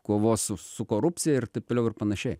kovos su korupcija ir taip toliau ir panašiai